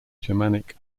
germanic